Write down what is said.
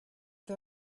saw